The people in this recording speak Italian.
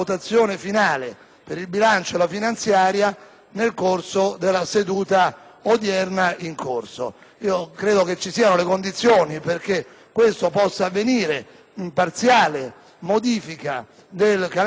di bilancio e finanziaria nel corso della seduta odierna. Credo vi siano le condizioni perché questo possa avvenire in parziale modifica del calendario